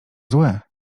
złe